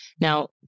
Now